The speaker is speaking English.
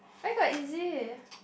where got easy